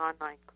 online